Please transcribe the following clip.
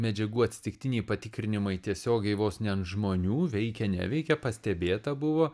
medžiagų atsitiktiniai patikrinimai tiesiogiai vos ne ant žmonių veikia neveikia pastebėta buvo